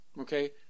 okay